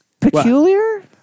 Peculiar